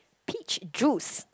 peach juice